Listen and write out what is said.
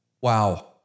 Wow